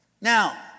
Now